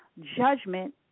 judgment